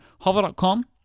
hover.com